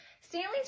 stanley's